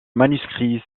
manuscrit